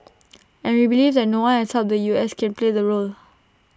and we believe that no one else except the U S can play the role